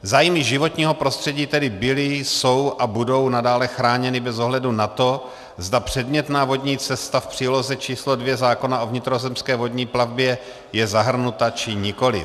Zájmy životního prostředí tedy byly, jsou a budou nadále chráněny bez ohledu na to, zda předmětná vodní cesta v příloze číslo 2 zákona o vnitrozemské vodní plavbě je zahrnuta, či nikoliv.